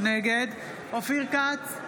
נגד אופיר כץ,